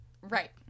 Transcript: Right